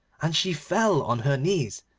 and she fell on her knees,